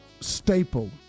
staple